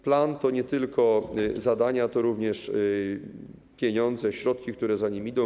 Plan to nie tylko zadania, to również pieniądze, środki, które za nim idą.